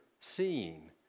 seeing